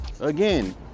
again